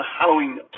Halloween